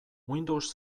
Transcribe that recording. windows